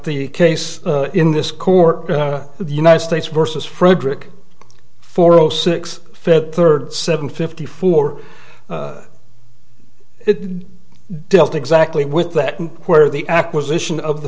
the case in this court the united states versus frederick four zero six fed third seven fifty four it dealt exactly with that where the acquisition of the